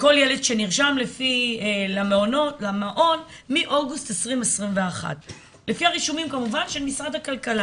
לכל ילד שנרשם למעון מאוגוסט 2021. לפי הרישומים כמובן של משרד הכלכלה